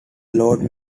lord